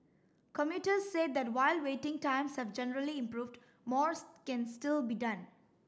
commuters said that while waiting times have generally improved more can still be done